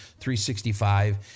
365